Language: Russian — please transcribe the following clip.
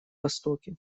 востоке